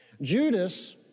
Judas